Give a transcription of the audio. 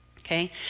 okay